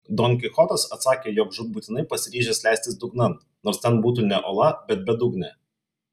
don kichotas atsakė jog žūtbūtinai pasiryžęs leistis dugnan nors ten būtų ne ola bet bedugnė